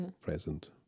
present